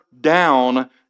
down